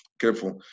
careful